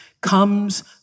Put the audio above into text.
comes